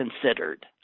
considered